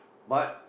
but